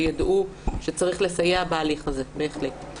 שיידעו שצריך לסייע בהליך הזה בהחלט.